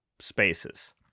Spaces